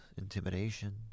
intimidation